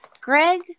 Greg